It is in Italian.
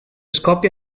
scoppia